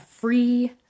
free